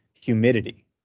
humidity